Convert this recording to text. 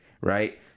right